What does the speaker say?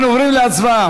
אנחנו עוברים להצבעה.